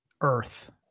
Earth